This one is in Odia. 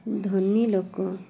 ଧନୀଲୋକ